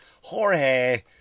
Jorge